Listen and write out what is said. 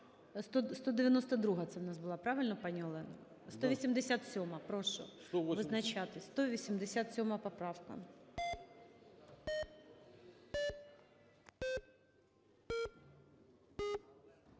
192-а, це у нас була, правильно пані Олено? 187-а, прошу визначатись. 187 поправка.